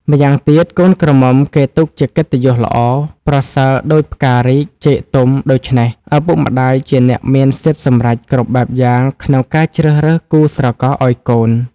ម្យ៉ាងទៀត កូនក្រមុំគេទុកជាកិត្តិយសល្អ ប្រសើរដូចផ្ការីក ចេកទុំ ដូច្នេះ ឪពុកម្ដាយជាអ្នកមានសិទ្ធិសម្រេចគ្រប់បែបយ៉ាងក្នុងការជ្រើសរើសគូស្រករឲ្យកូន ។